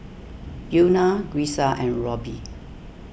Una Grisel and Roby